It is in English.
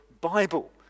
Bible